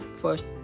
First